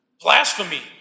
blasphemy